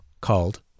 called